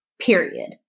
period